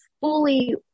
fully